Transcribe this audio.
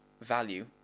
value